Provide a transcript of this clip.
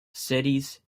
cities